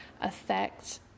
affect